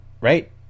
Right